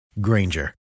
Granger